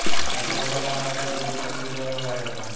ऐसे पौधे का नाम बताइए जिसको पत्ती के द्वारा उगाया जाता है